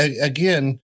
Again